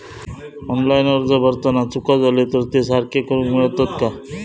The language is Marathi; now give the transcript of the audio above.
ऑनलाइन अर्ज भरताना चुका जाले तर ते सारके करुक मेळतत काय?